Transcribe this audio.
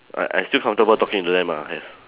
like I still comfortable talking to them lah yes